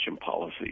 policy